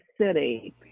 city